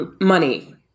money